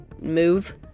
move